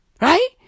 Right